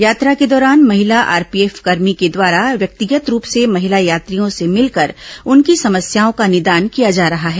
यात्रा के दौरान महिला आरपीएफ कर्मी के द्वारा व्यक्तिगत रूप से महिला यात्रियों से मिलकर उनकी समस्याओं का निदान किया जा रहा है